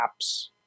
apps